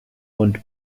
und